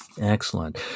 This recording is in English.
Excellent